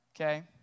okay